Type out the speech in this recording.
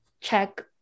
Check